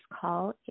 call